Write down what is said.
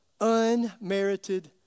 unmerited